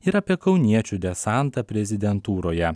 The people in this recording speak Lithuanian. ir apie kauniečių desantą prezidentūroje